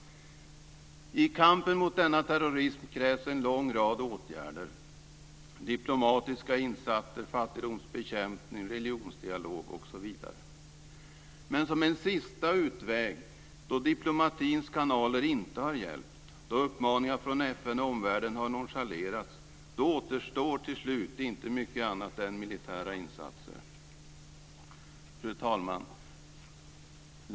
I kampen mot denna terrorism krävs en lång rad åtgärder, t.ex. diplomatiska insatser, fattigdomsbekämpning, religionsdialog osv. Men som en sista utväg då diplomatins kanaler inte har hjälpt och uppmaningar från FN och omvärlden har nonchalerats återstår till slut inte mycket annat än militära insatser. Fru talman!